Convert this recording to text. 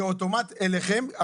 כאוטומט אליכם,